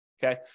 Okay